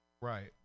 Right